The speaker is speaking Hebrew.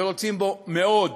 ורוצים בו מאוד,